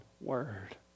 word